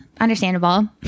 understandable